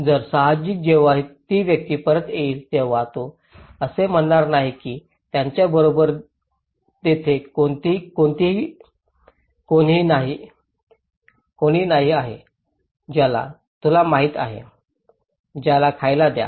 तर साहजिकच जेव्हा ती व्यक्ती परत येईल तेव्हा तो असे म्हणणार नाही की त्याच्याबरोबर तेथे कोणीही नाही आहे ज्याला तुला माहित आहे त्याला खायला द्या